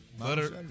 Butter